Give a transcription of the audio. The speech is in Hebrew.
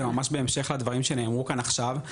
אז זה ממש בהמשך לדברים שנאמרו כאן עכשיו,